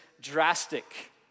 drastic